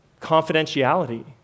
confidentiality